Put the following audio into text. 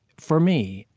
for me,